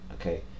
okay